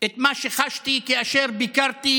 את מה שחשתי כאשר ביקרתי